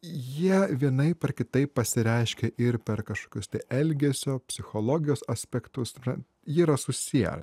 jie vienaip ar kitaip pasireiškia ir per kažkokius elgesio psichologijos aspektus ta prasme jie yra susiję